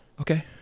Okay